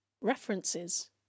references